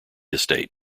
estate